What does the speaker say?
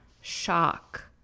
shock